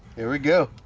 here we go?